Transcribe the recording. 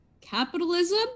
capitalism